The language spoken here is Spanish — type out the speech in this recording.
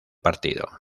partido